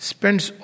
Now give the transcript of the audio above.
Spends